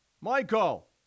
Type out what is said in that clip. Michael